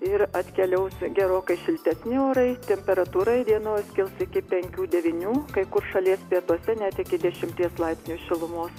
ir atkeliaus gerokai šiltesni orai temperatūra įdienojus kils iki penkių devynių kai kur šalies pietuose net iki dešimties laipsnių šilumos